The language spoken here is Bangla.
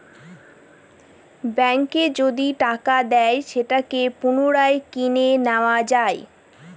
ব্যাঙ্কে যদি টাকা দেয় সেটাকে পুনরায় কিনে নেত্তয়া যায়